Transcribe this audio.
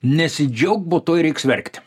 nesidžiauk bo tuoj reiks verkti